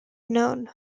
known